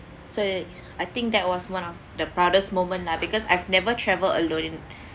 so I think that was one of the proudest moment lah because I've never travelled alone